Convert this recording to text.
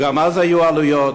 וגם אז היו עלויות.